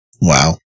Wow